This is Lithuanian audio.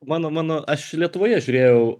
mano mano aš lietuvoje žiūrėjau